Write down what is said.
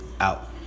Out